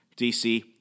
DC